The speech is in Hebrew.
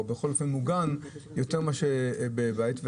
מוגן יותר מאשר דרך המחשב בבית.